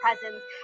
presents